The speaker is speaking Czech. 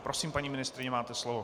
Prosím, paní ministryně, máte slovo.